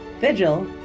Vigil